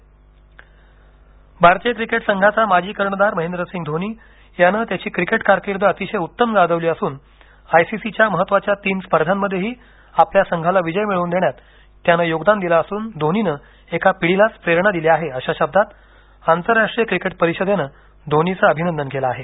ICC भारतीय cricket संघाचा माजी कर्णधार महेंद्रसिंग धोनी यानं त्याची क्रिकेट कारकीर्द अतिशय उत्तम गाजवली असून आयसीसीच्या महत्वाच्या तीन स्पर्धांमध्येही आपल्या संघाला विजय मिळवून देण्यात योगदान दिलं असून धोनीनं एका पिढीलाचं प्रेरणा दिली आहे अशा शब्दांत आंतरराष्ट्रीय क्रिकेट परिषदेनं धोनीचं अभिनंदन केलं आहे